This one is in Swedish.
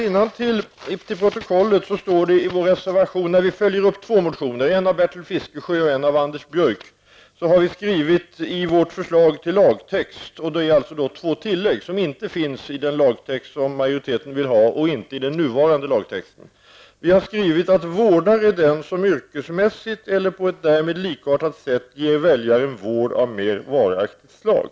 Jag vill till protokollet läsa innantill ur vår reservation. I reservationen följer vi upp två motioner, en av Bertil Fiskesjö och en av Anders Björck. I vårt förslag till lagtext vill vi göra två tillägg som inte finns i den lagtext som majoriteten förordar och inte heller i den nuvarande lagtexten. Vi har skrivit: ''Vårdare är den som yrkesmässigt eller på ett därmed likartat sätt ger väljaren vård av mera varaktigt slag.''